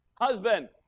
Husband